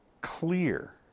clear